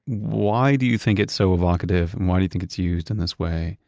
why do you think it's so evocative and why do you think it's used in this way?